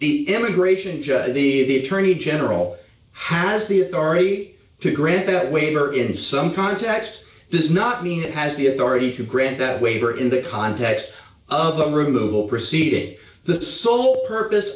the immigration judge the attorney general has the authority to grant that waiver in some context does not mean it has the authority to grant that waiver in the context of the removal proceeding the sole purpose